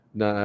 na